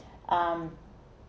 um